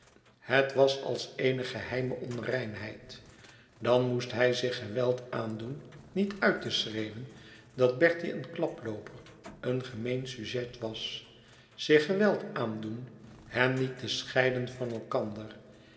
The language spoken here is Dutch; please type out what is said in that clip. het was als eene geheime onreinheid dan moest hij zich geweld aandoen niet uit te schreeuwen dat bertie een klaplooper een gemeen sujet was zich geweld aandoen hen niet te scheiden van elkander